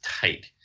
tight